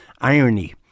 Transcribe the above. irony